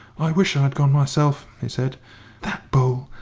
i wish i'd gone myself, he said that bowl,